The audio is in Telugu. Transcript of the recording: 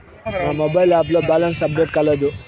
నా మొబైల్ యాప్ లో బ్యాలెన్స్ అప్డేట్ కాలేదు